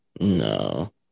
No